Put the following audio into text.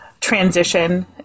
transition